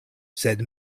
sed